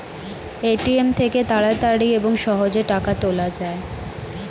ATM থেকে তাড়াতাড়ি এবং সহজে টাকা তোলা যায়